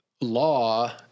law